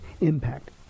impact